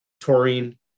Taurine